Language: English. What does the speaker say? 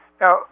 Now